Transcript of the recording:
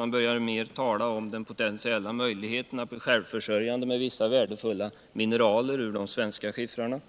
Man började mer tala om den potentiella möjligheten att bli självförsörjande med vissa värdefulla mineraler ur de svenska skiffrarna,